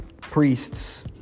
priests